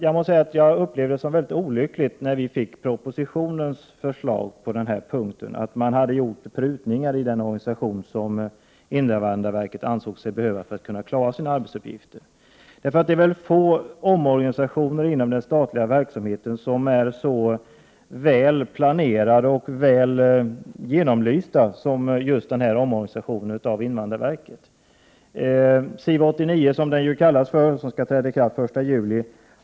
Jag upplevde det som mycket olyckligt att man i propositionen hade gjort prutningar i den organisation invandrarverket anser sig behöva för att klara sina arbetsuppgifter. Det är få omorganisationer inom den statliga verksamheten som är så väl planerade och genomlysta som just omorganisationen av invandrarverket. SIV 89, som omorganisationen kallas, skall träda i kraft den 1 juli.